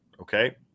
Okay